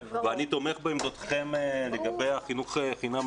ואני תומך בעמדתכם לגבי חינוך חינם